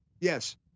Yes